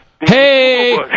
hey